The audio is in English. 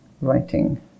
writing